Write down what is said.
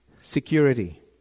security